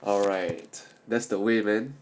alright that's the way man